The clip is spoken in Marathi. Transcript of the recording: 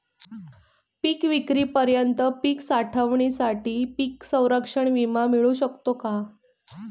पिकविक्रीपर्यंत पीक साठवणीसाठी पीक संरक्षण विमा मिळू शकतो का?